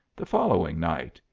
the following night,